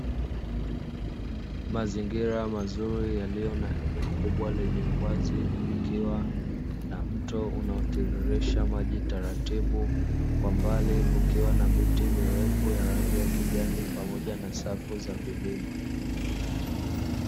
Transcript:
Mazingira mazuri yaliyo na eneo kubwa lenye uwazi, ukiwa na mto unaotiririsha maji taratibu, kwa mbali kukiwa na miti mirefu ya rangi ya kijani, pamoja na safu za vilima.